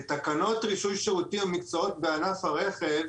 בתקנות רישוי שירותים ומקצועות בענף הרכב,